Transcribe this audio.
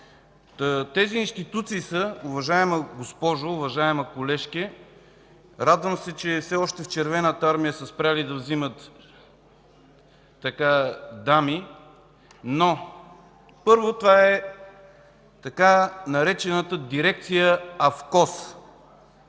Тези институции, уважаема госпожо, уважаема колежке, радвам се, че все още в Червената армия са спрели да вземат дами, но, първо, това е така наречената дирекция АФКОС.